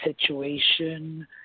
situation